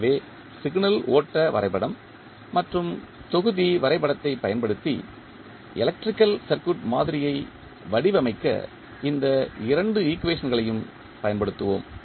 எனவே சிக்னல் ஓட்ட வரைபடம் மற்றும் தொகுதி வரைபடத்தைப் பயன்படுத்தி எலக்ட்ரிக்கல் சர்க்யூட் மாதிரியை வடிவமைக்க இந்த இரண்டு ஈக்குவேஷன்களையும் பயன்படுத்துவோம்